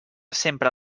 sempre